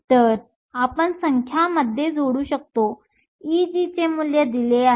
तर आपण संख्या मध्ये जोडू शकतो Egचे मूल्य दिले आहे